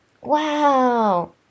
Wow